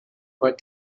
for